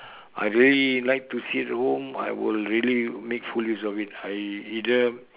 I really like to sit home I will really make full use of it I either